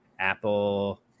Apple